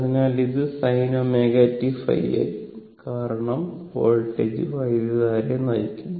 അതിനാൽ ഇത് sinωtϕ ആയിരിക്കും കാരണം വോൾട്ടേജ് വൈദ്യുതധാരയെ നയിക്കുന്നു